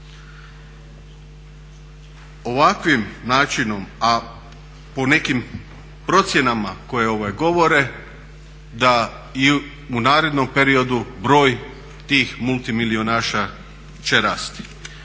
Ovakvim načinom a po nekim procjenama koje govore da i u narednom periodu broj tih multimilijunaša će rasti.